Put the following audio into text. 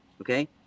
Okay